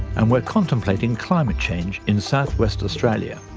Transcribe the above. and we're contemplating climate change in southwest australia.